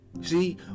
See